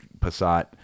Passat